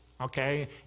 okay